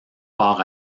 part